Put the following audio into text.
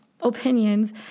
opinions